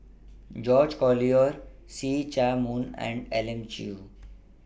George Collyer See Chak Mun and Elim Chew